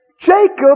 Jacob